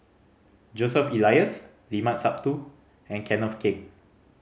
Joseph Elias Limat Sabtu and Kenneth Keng